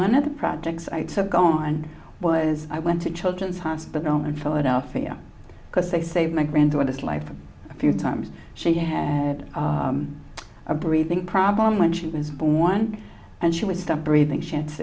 one of the projects i took on was i went to children's hospital in philadelphia because they saved my granddaughter's life a few times she had a breathing problem when she was born and she would stop breathing chance